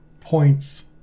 points